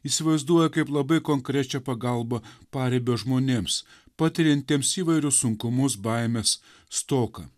įsivaizduoja kaip labai konkrečią pagalbą paribio žmonėms patiriantiems įvairius sunkumus baimes stoką